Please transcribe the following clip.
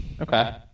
Okay